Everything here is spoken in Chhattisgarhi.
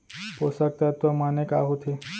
पोसक तत्व माने का होथे?